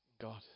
God